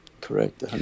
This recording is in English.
Correct